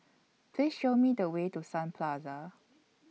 Please Show Me The Way to Sun Plaza